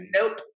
Nope